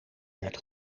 werd